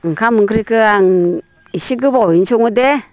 ओंखाम ओंख्रिखौ आं इसे गोबावैनो सङो दे